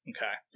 Okay